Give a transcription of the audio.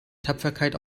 tapferkeit